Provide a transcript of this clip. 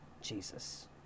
Jesus